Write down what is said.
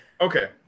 Okay